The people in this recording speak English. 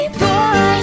boy